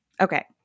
Okay